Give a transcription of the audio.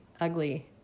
ugly